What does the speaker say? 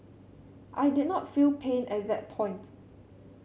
I did not feel pain at that point